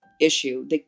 issue